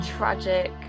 tragic